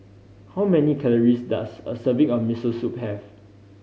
how many calories does a serving of Miso Soup have